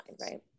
right